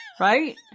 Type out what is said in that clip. Right